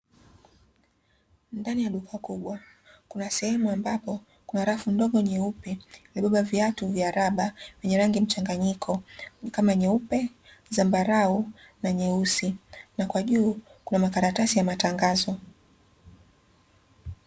Ndani ya duka kubwa, kuna sehemu ambapo kuna rafu ndogo nyeupe, zilizobeba viatu vya raba, vyenye rangi mchanganyiko kama nyeupe, zambarau, na nyeusi. Na kwa juu, kuna makaratasi ya matangazo.